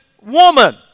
woman